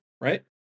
right